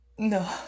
No